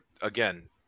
again